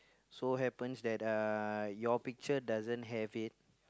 so happens that uh your picture doesn't have it